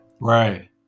Right